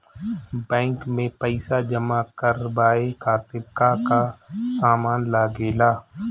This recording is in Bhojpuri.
बैंक में पईसा जमा करवाये खातिर का का सामान लगेला?